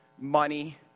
money